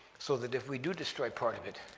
so that if we do destroy part of it,